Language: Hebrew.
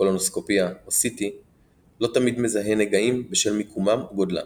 קולונוסקופיה או CT לא תמיד מזהה נגעים בשל מיקומם או גודלם.